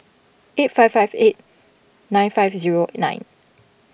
eight five five eight nine five zero nine